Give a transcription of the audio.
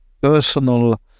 personal